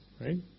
right